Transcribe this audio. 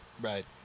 Right